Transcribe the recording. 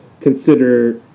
consider